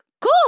cool